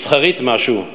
מסחרית משהו,